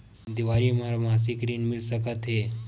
देवारी म मासिक ऋण मिल सकत हे?